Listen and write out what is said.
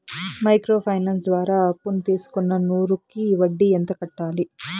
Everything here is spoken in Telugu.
మైక్రో ఫైనాన్స్ ద్వారా అప్పును తీసుకున్న నూరు కి వడ్డీ ఎంత కట్టాలి?